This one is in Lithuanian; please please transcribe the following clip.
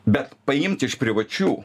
bet paimt iš privačių